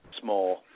small